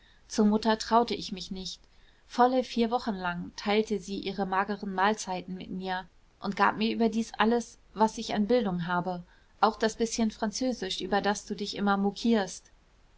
zur mutter traute ich mich nicht volle vier wochen lang teilte sie ihre mageren mahlzeiten mit mir und gab mir überdies alles was ich an bildung habe auch das bißchen französisch über das du dich immer mokierst